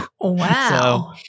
Wow